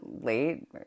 late